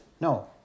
No